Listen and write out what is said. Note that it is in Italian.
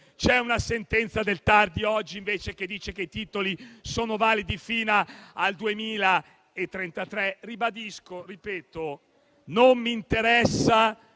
c'è una sentenza del TAR di oggi, che invece dice che i titoli sono validi fino al 2033. Ribadisco che non mi interessa